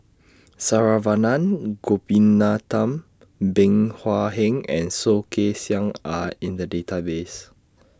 Saravanan Gopinathan Bey Hua Heng and Soh Kay Siang Are in The Database